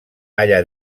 allà